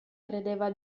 credeva